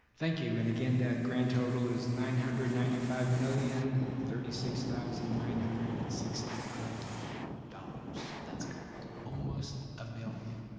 thank you and again that grand total is nine hundred and ninety five million thirty six thousand nine hundred and sixty five dollars. that's correct. almost a billion,